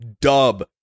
dub